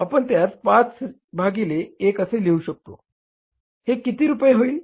तर आपण त्यास 5 भागिले 1 असे लिहू शकतो तर हे किती रुपये होईल